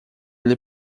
ele